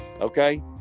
Okay